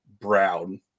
brown